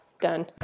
Done